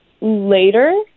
later